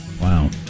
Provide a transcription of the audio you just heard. Wow